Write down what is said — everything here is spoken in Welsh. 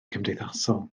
cymdeithasol